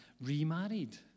remarried